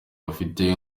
bafite